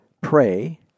pray